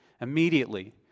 Immediately